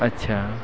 अच्छा